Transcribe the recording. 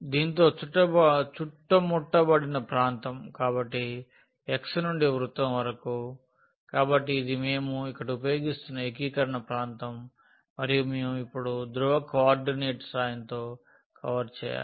దీనితో చుట్టుముట్టబడిన ప్రాంతం కాబట్టి x నుండి వృత్తం వరకు కాబట్టి ఇది మేము ఇక్కడ ఉపయోగిస్తున్న ఏకీకరణ ప్రాంతం మరియు మేము ఇప్పుడు ధ్రువ కోఆర్డినేట్ సహాయంతో కవర్ చేయాలి